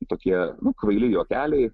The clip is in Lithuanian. tokie kvaili juokeliai